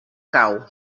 cau